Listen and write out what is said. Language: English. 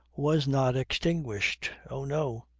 was not extinguished. oh no!